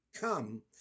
come